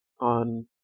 on